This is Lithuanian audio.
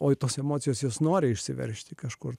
oi tos emocijos jos nori išsiveržti kažkur